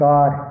God